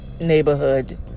neighborhood